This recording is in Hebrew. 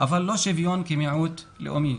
אבל לא שוויון כמיעוט לאומי.